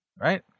Right